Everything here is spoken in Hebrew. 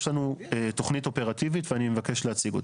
יש לנו תוכנית אופרטיבית ואני מבקש להציג אותה.